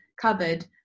covered